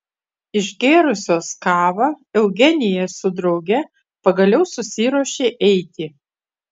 išgėrusios kavą eugenija su drauge pagaliau susiruošė eiti